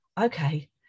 Okay